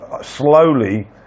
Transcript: slowly